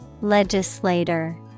Legislator